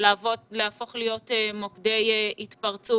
להפוך להיות מוקדי התפרצות.